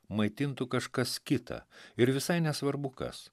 maitintų kažkas kita ir visai nesvarbu kas